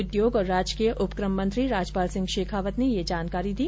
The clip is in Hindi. उद्योग और राजकीय उपक्रम मंत्री राजपाल सिंह शेखावत ने ये जानकारी दी